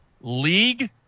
league